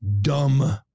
dumb